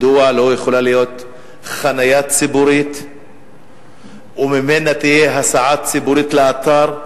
מדוע לא יכולה להיות חנייה ציבורית וממנה הסעה ציבורית לאתר,